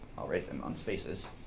i'll write them on spaces.